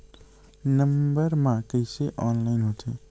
Number मा कइसे online होथे?